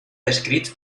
descrits